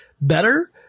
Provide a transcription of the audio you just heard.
better